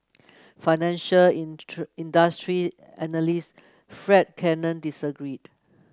financial industry analyst Fred Cannon disagreed